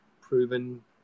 proven